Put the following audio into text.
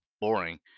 boring